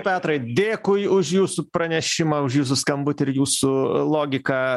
petrai dėkui už jūsų pranešimą už jūsų skambutį ir jūsų logiką